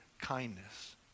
kindness